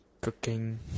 cooking